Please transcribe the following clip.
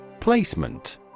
Placement